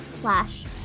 slash